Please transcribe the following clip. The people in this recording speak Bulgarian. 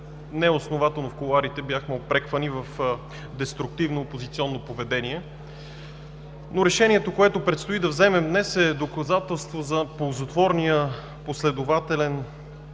неоснователно в кулоарите бяхме упреквани в деструктивно опозиционно поведение. Решението, което предстои да вземем днес, е доказателство за ползотворния и конструктивен